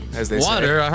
Water